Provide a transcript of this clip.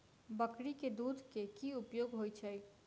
बकरी केँ दुध केँ की उपयोग होइ छै?